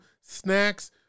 snacks